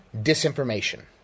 disinformation